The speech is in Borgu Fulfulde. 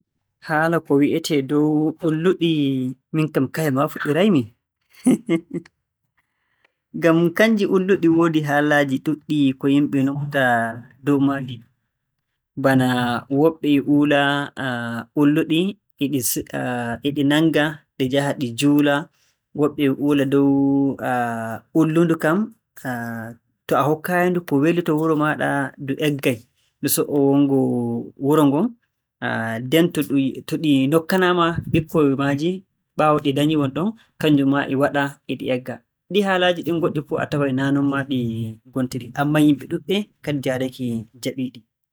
Haala ko wi'etee dow ulluɗi, miin kam kaye maa fuɗɗiray-mi. Ngam kannji ulluɗi woodi haalaaji ɗuuɗɗi ko yimɓe numata dow maaji. Bana woɓɓe e uula ulluɗi e ɗi sir- e ɗi nannga ɗi njaha ɗi njuula. Woɓɓe e uula dow, ullundu kam so a hokkaayi-ndu ko weli to wuro maaɗa ndu eggay, ndu so"oo wonngo wuro ngon. Nden to ɗum- to ɗi nokkanaama ɓikkoy maaji ɓaawo ɗi ndaƴii wonɗon. Kannjum maa e waɗa ɗi egga. Ɗi'i haalaaji ɗin goɗɗi fuu a taway naa nonmaa ɗi ngontiri, ammaa kadi yimɓe ɗuuɗɓe njahdake njaɓii ɗi.